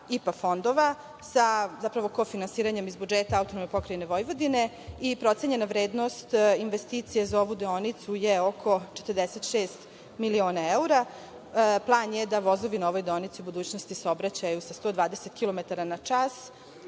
IPA fondova, sa kofinansiranjem iz budžeta AP Vojvodine i procenjena vrednost investicije za ovu deonicu je oko 46 miliona evra. Plan je da vozovi na ovoj deonici u budućnosti saobraćaju sa 120 kilometara